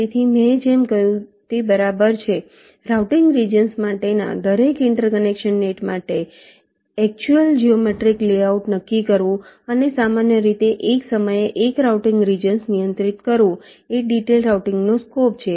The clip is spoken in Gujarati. તેથી મેં જે કહ્યું છે તે બરાબર છેરાઉટીંગ રિજન્સ માટેના દરેક ઇન્ટરકનેક્શન નેટ માટે એક્ચુઅલ જિઓમેટ્રિક લેઆઉટ નક્કી કરવું અને સામાન્ય રીતે એક સમયે એક રાઉટીંગ રિજન્સ નિયંત્રિત કરવું એ ડિટેઇલ્ડ રાઉટીંગનો સ્કોપ છે